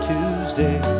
Tuesday